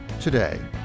today